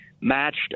matched